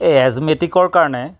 এ এজমেটিকৰ কাৰণে